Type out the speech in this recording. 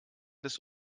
des